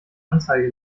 anzeige